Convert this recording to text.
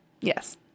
Yes